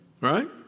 Right